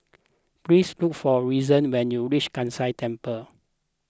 please look for reason when you reach Kai San Temple